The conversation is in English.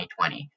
2020